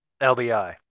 LBI